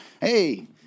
Hey